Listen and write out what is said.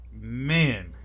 man